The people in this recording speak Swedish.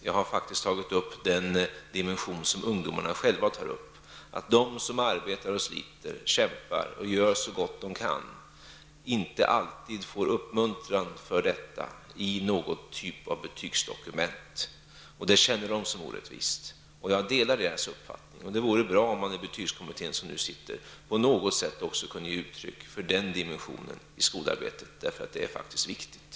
Jag har faktiskt tagit upp den dimension som ungdomarna själva tar upp, att de som arbetar och sliter, kämpar och gör så gott de kan, inte alltid får uppmuntran för detta i någon typ av betygsdokument. Detta känner de som orättvist. Jag delar deras uppfattning. Det vore bra om man också i betygskommittén på något sätt kunde ge uttryck för den dimensionen i skolarbetet. Det är faktiskt viktigt.